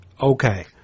okay